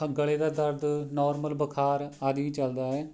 ਅ ਗਲ੍ਹੇ ਦਾ ਦਰਦ ਨੋਰਮਲ ਬੁਖਾਰ ਆਦਿ ਹੀ ਚੱਲਦਾ ਹੈ